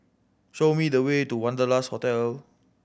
show me the way to Wanderlust Hotel